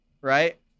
right